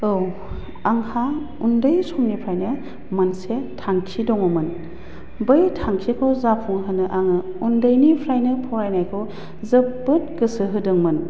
औ आंहा उन्दै समनिफ्रायनो मोनसे थांखि दङमोन बै थांखिखौ जाफुंहोनो आङो उन्दैनिफ्रायनो फरायनायखौ जोब्बोद गोसो होदोंमोन